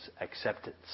acceptance